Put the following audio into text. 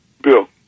bill